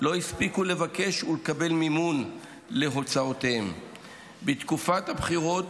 לא הספיקו לבקש ולקבל מימון להוצאותיהם בתקופת הבחירות